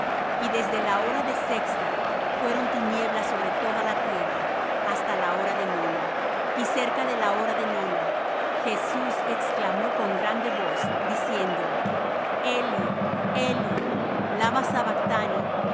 y desde la hora de sexta fueron tinieblas sobre toda la tierra hasta la hora de nona y cerca de la hora de nona jesús exclamó con grande voz diciendo eli eli lama